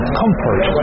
comfort